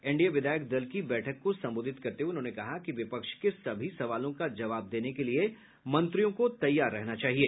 NDA विधायक दल की बैठक को संबोधित करते हुए उन्होंने कहा कि विपक्ष के सभी सवालों का जवाब देने के लिए मंत्रियों को तैयार रहना चाहिए